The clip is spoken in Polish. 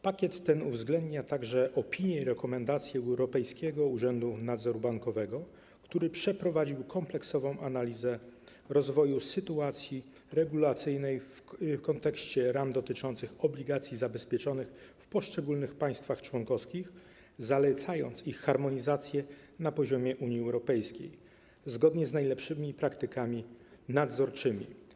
Pakiet ten uwzględnia także opinie i rekomendacje Europejskiego Urzędu Nadzoru Bankowego, który przeprowadził kompleksową analizę rozwoju sytuacji regulacyjnej w kontekście ram dotyczących obligacji zabezpieczonych w poszczególnych państwach członkowskich, zalecając ich harmonizację na poziomie Unii Europejskiej zgodnie z najlepszymi praktykami nadzorczymi.